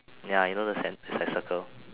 ya you know the cen is a circle